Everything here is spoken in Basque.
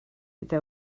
eta